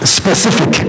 specific